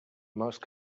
most